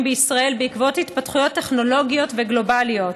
בישראל בעקבות התפתחויות טכנולוגיות וגלובליות.